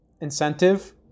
incentive